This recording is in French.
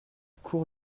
court